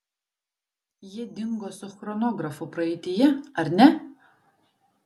jie dingo su chronografu praeityje ar ne